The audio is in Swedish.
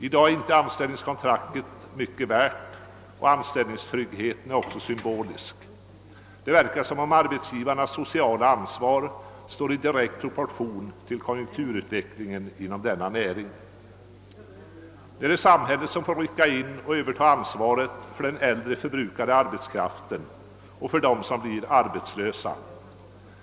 I dag är inte anställningskontraktet mycket värt, och anställningstryggheten är också symbolisk. Det verkar som om arbetsgivarnas sociala ansvar står i direkt proportion till konjunkturutvecklingen inom denna näring. Nu är det samhället som får rycka in och överta ansvaret för den äldre, förbrukade arbetskraften och för dem som blir arbetslösa.